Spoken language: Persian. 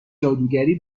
جادوگری